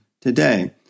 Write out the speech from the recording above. today